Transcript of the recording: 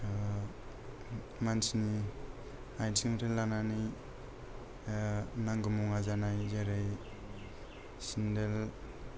मानसिनि आथिंनिफ्राय लानानै नांगौ मुवा जानाय जेरै सेन्देल